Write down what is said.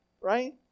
right